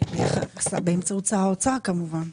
באמצעות שר האוצר כמובן.